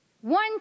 one